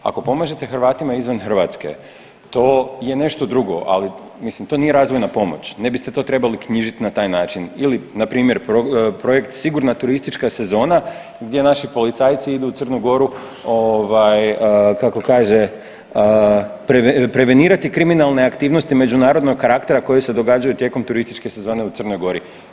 Ako pomažete Hrvatima izvan Hrvatske to je nešto drugo, ali mislim to nije razvojna pomoć ne biste to trebali knjižiti na taj način ili npr. sigurna turistička sezona gdje naši policajci idu u Crnu Goru ovaj kako kaže prevenirati kriminalne aktivnosti međunarodnog karaktera koje se događaju tijekom turističke sezone u Crnoj Gori.